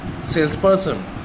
salesperson